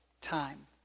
time